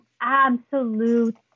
absolute